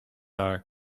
are